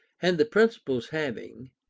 and the principles having,